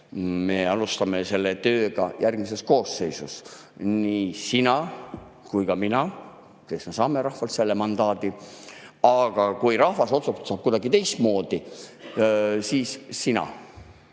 me alustame selle tööga järgmises koosseisus, nii sina kui ka mina, kes me saame rahvalt mandaadi. Aga kui rahvas otsustab kuidagi teistmoodi, siis sina